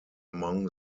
among